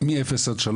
מ-0-3